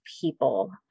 people